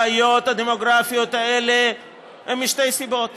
הבעיות הדמוגרפיות האלה הן משתי סיבות: